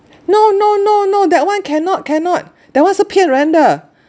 no no no no that one cannot cannot that one 是骗人的